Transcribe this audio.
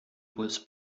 was